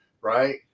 Right